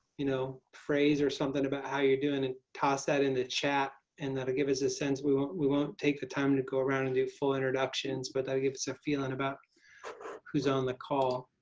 you know phrase or something about how you're doing and toss that in the chat and that'll give us a sense. we won't we won't take the time to go around and do full introductions, but they'll give us a feeling about who's on the call.